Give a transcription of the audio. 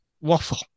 waffle